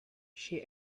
she